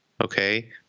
okay